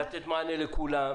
לתת מענה לכולם,